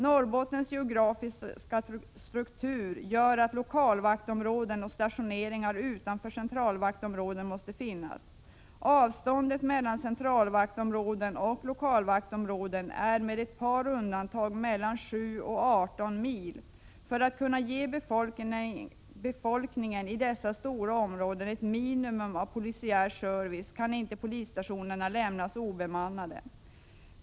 Norrbottens geografiska struktur gör att lokalvaktområden och stationeringar utanför centralvaktområden måste finnas. Avståndet mellan centralvaktområden och lokalvaktområden är, med ett par undantag, mellan 7 och 18 mil. För att man skall kunna ge befolkningen i dessa stora områden ett minimum av polisiär service kan inte polisstationerna lämnas obemannade.